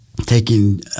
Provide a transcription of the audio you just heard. taking